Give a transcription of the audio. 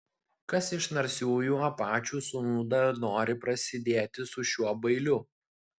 kas iš narsiųjų apačių sūnų dar nori prasidėti su šiuo bailiu